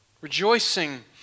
Rejoicing